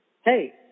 Hey